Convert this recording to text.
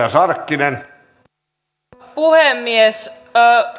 puhemies